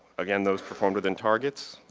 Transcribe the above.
again those performed within targets.